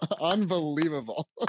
Unbelievable